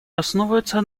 основывается